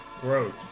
Gross